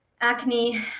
acne